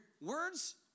words